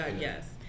yes